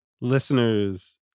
Listeners